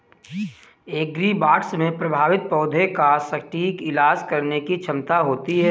agribots में प्रभावित पौधे का सटीक इलाज करने की क्षमता होती है